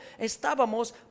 estábamos